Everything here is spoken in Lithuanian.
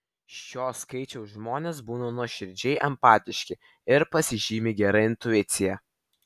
šio skaičiaus žmonės būna nuoširdžiai empatiški ir pasižymi gera intuicija